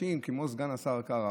אנשים כמו סגן השר קארה,